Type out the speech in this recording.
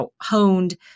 honed